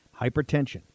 Hypertension